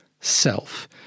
self